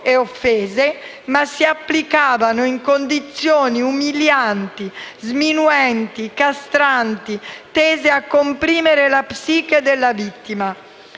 o offese, ma si applicavano vieppiù in condizioni umilianti, sminuenti, castranti tese a comprimere la psiche della vittima».